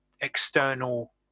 external –